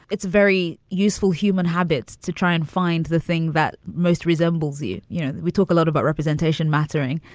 it's very useful human habits to try and find the thing that most resembles you. you know, we talk a lot about representation mattering.